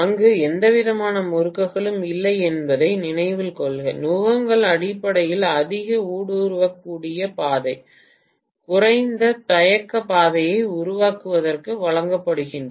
அங்கு எந்தவிதமான முறுக்குகளும் இல்லை என்பதை நினைவில் கொள்க நுகங்கள் அடிப்படையில் அதிக ஊடுருவக்கூடிய பாதை குறைந்த தயக்க பாதையை உருவாக்குவதற்கு வழங்கப்படுகின்றன